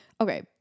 Okay